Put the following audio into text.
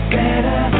better